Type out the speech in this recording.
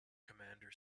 commander